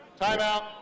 Timeout